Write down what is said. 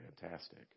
fantastic